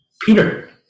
Peter